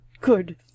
Good